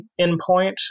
endpoint